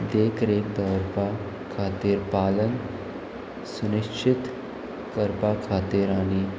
देखरेखा दवरपाक खातीर पालन सुनिश्चीत करपा खातीर आनी